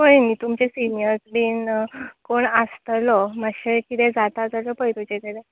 पळय न्ही तुमचे सिनीयर्स बीन कोण आसतलो माश्शेंय किदें जाता जाल्यार पळय तुजे कडे